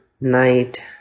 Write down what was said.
night